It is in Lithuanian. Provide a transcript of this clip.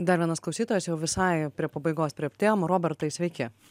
dar vienas klausytojas jau visai prie pabaigos priartėjom robertai sveiki